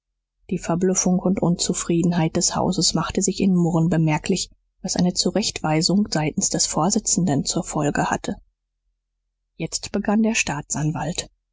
die verblüffung und unzufriedenheit des hauses machte sich in murren bemerklich was eine zurechtweisung seitens des vorsitzenden zur folge hatte jetzt begann der staatsanwalt